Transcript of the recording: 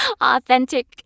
Authentic